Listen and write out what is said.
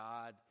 God